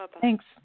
Thanks